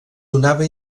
donava